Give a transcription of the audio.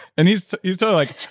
and he's he's totally like,